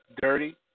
dirty